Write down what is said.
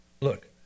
Look